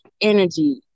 energy